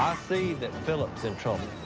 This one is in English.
see that phillip's in trouble.